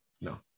no